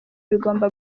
bigomba